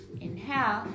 inhale